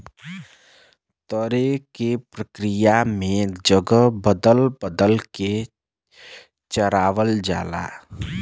तरे के प्रक्रिया में जगह बदल बदल के चरावल जाला